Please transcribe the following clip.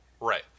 Right